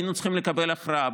והיינו צריכים לקבל הכרעה.